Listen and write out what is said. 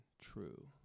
true